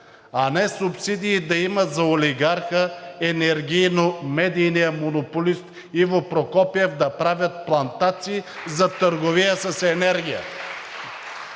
а не субсидии да има за олигарха, енергийно-медийния монополист Иво Прокопиев, да правят плантации за търговия с енергия.